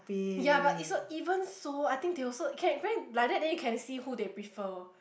ya but it's so even so I think they also can can like that then you can see who they prefer